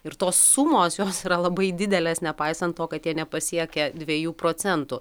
ir tos sumos jos yra labai didelės nepaisant to kad jie nepasiekia dviejų procentų